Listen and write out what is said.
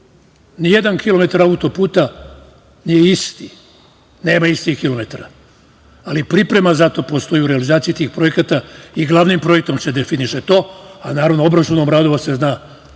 nijedan kilometar autoputa nije isti, nema istih kilometara, ali priprema za to postoji u realizaciji tih projekata i glavnim projektom se definiše to, a naravno, obračunom radova se zna